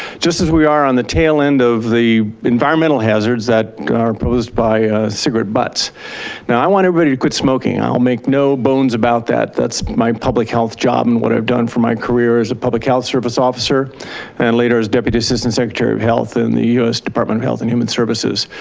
just as we are on the tail end of the environmental hazards that are and produced by cigarette butts. now i want everybody to quick smoking, i'll make no bones about that. that's my public health job and what i've done for my career as a public health service officer and later a deputy assistant secretary of health in the department of health and human services.